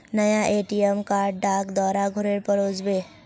नया ATM card डाक द्वारा घरेर पर ओस बे